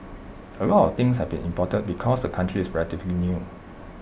A lot of things have be imported because the country is relatively new